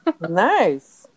nice